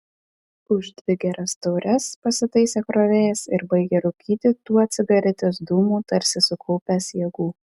už dvi geras taures pasitaisė krovėjas ir baigė rūkyti tuo cigaretės dūmu tarsi sukaupęs jėgų